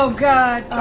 so god.